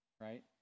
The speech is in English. right